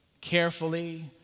carefully